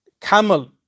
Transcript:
camel